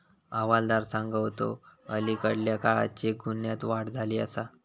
हवालदार सांगा होतो, अलीकडल्या काळात चेक गुन्ह्यांत वाढ झाली आसा